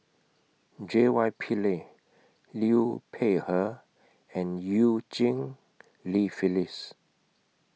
J Y Pillay Liu Peihe and EU Cheng Li Phyllis